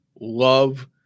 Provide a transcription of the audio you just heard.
Love